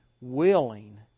willing